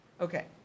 Okay